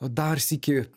dar sykį